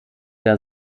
der